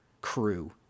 crew